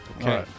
Okay